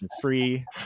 free